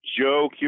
Joe